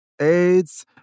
AIDS